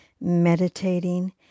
meditating